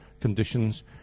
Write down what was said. conditions